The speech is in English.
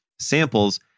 samples